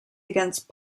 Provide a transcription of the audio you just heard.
against